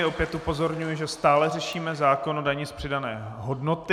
Opět upozorňuji, že stále řešíme zákon o dani z přidané hodnoty.